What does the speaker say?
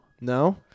no